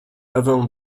ewę